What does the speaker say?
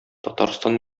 татарстан